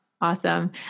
Awesome